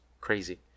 crazy